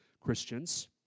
Christians